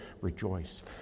rejoice